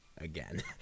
again